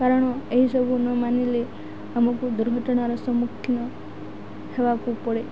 କାରଣ ଏହିସବୁ ନ ମାନିଲେ ଆମକୁ ଦୁର୍ଘଟଣାର ସମ୍ମୁଖୀନ ହେବାକୁ ପଡ଼େ